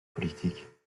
politiques